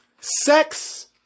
sex